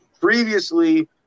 previously